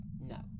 no